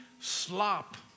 slop